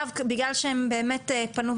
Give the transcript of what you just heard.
בגלל שהם באמת פנו,